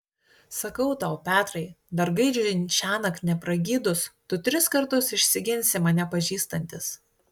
sakau tau petrai dar gaidžiui šiąnakt nepragydus tu tris kartus išsiginsi mane pažįstantis